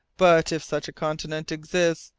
but if such a continent exists,